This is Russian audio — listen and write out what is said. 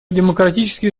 демократические